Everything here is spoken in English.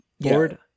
Board